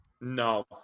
No